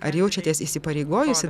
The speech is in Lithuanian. ar jaučiatės įsipareigojusi